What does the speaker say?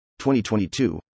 2022